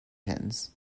pins